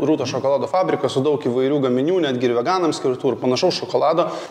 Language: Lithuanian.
rūtos šokolado fabriką su daug įvairių gaminių netgi ir veganam skirtų ir panašaus šokolado